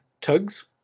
tugs